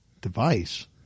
Device